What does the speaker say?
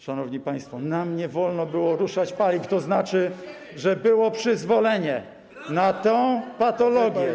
Szanowni państwo, to: nam nie wolno było ruszać paliw znaczy, że było przyzwolenie na tę patologię.